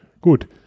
Gut